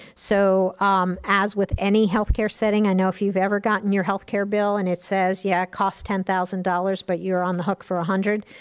so as with any healthcare setting, i know if you've ever gotten your healthcare bill and it says, yeah, it cost ten thousand dollars, but you're on the hook for a hundred.